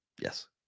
Yes